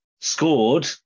scored